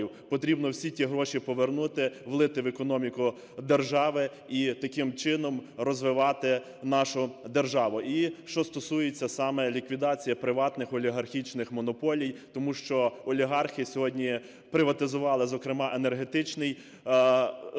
Потрібно всі ті гроші повернути, влити в економіку держави і таким чином розвивати нашу державу. І що стосується саме ліквідації приватних олігархічних монополій, тому що олігархи сьогодні приватизували зокрема енергетику